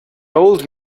old